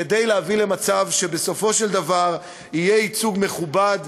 כדי להביא למצב שבסופו של דבר יהיה ייצוג מכובד